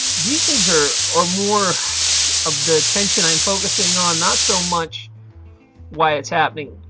these things are or more of the attention i'm focusing on, not so much why it's happening.